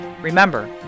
Remember